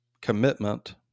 commitment